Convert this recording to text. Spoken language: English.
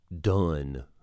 done